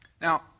Now